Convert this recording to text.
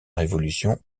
révolution